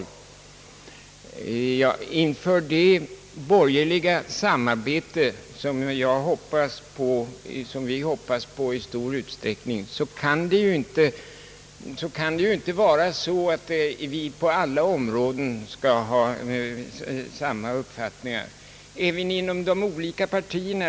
Vi kan inte i det borgerliga samarbete, som vi i stor utsträckning hoppas på, ha samma uppfattningar på alla områden. Det finns ju åsiktsdifferenser även inom de olika partierna.